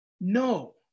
No